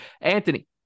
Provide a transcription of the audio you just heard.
Anthony